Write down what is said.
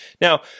now